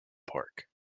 park